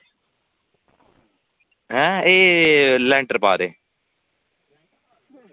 ऐं एह् लैंटर पा दे